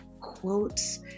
quotes